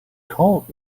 called